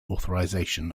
authorization